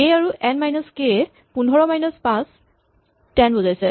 কে আৰু N minus K A ১৫ minus ৫ ১০ বুজাইছে